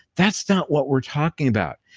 that's not what we're talking about.